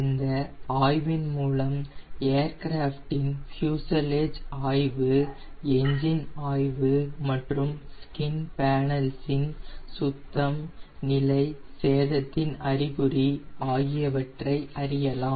இந்த ஆய்வின் மூலம் ஏர்கிராஃப்டின் பியூஸலெஜ் ஆய்வு என்ஜின் ஆய்வு மற்றும் ஸ்கின் பானெல்ஸ் இன் சுத்தம் நிலை சேதத்தின் அறிகுறி ஆகியவற்றை அறியலாம்